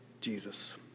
Jesus